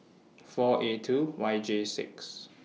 four A two Y J six